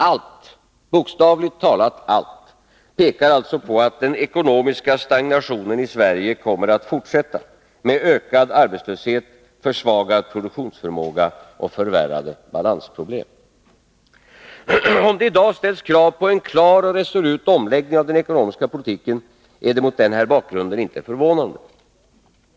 Allt, bokstavligt talat allt, pekar alltså på att den ekonomiska stagnationen kommer att fortsätta med ökad arbetslöshet, försvagad produktionsförmåga och förvärrade balansproblem. Om det i dag ställs krav på en klar och resolut omläggning av den ekonomiska politiken, är det mot den här bakgrunden inte förvånande.